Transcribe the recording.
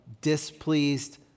displeased